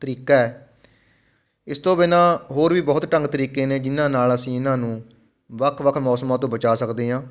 ਤਰੀਕਾ ਹੈ ਇਸ ਤੋਂ ਬਿਨਾ ਹੋਰ ਵੀ ਬਹੁਤ ਢੰਗ ਤਰੀਕੇ ਨੇ ਜਿਨ੍ਹਾਂ ਨਾਲ਼ ਅਸੀਂ ਇਹਨਾਂ ਨੂੰ ਵੱਖ ਵੱਖ ਮੌਸਮਾਂ ਤੋਂ ਬਚਾ ਸਕਦੇ ਹਾਂ